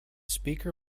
speaker